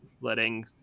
letting